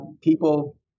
people